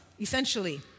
essentially